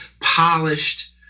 polished